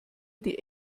die